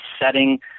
setting